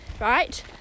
Right